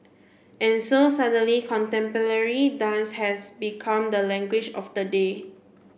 and so suddenly contemporary dance has become the language of the day